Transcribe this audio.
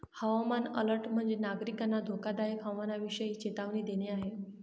हवामान अलर्ट म्हणजे, नागरिकांना धोकादायक हवामानाविषयी चेतावणी देणे आहे